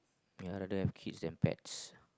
ya rather have kids than pets